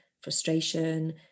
frustration